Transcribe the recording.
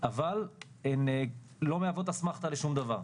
אבל הן לא מהוות אסמכתא לשום דבר,